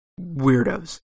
weirdos